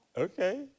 Okay